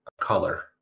color